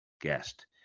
guest